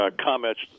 comments